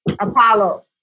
Apollo